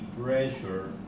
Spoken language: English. pressure